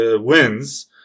wins